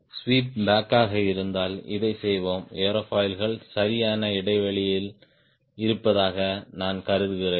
sweep back காக இருந்தால் இதைச் சொல்வோம் ஏரோஃபாயில்கள் சரியான இடைவெளியில் இருப்பதாக நான் கருதுகிறேன்